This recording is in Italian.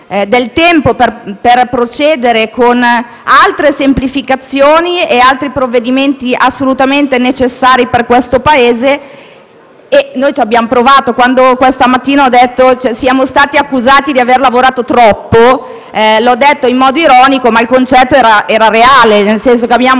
del tempo per procedere con altre semplificazioni e altri provvedimenti assolutamente necessari per questo Paese. Noi ci abbiamo provato. Quando questa mattina ho detto che siamo stati accusati di aver lavorato troppo, l'ho detto in modo ironico ma il concetto era reale, nel senso che abbiamo